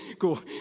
Cool